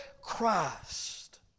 Christ